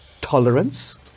tolerance